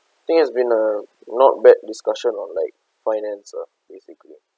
think has been a not bad discussion on like finance ah basically